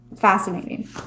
fascinating